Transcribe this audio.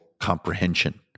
comprehension